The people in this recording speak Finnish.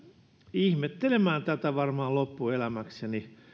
ihmettelemään tätä varmaan loppuelämäkseni